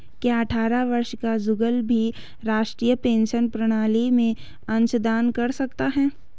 क्या अट्ठारह वर्ष का जुगल भी राष्ट्रीय पेंशन प्रणाली में अंशदान कर सकता है?